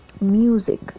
music